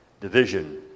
division